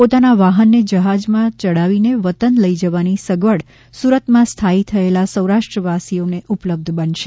પોતાના વાહનને જહાજમાં યડાવીને વતન લઇ જવાની સગવડ સુરતમાં સ્થાયી થયેલા સૌરાષ્ટ્રવાસીઓ ને ઉપલબ્ઘ બનશે